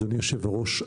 אדוני היושב ראש,